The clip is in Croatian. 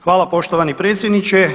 Hvala poštovani predsjedniče.